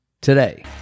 today